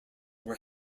were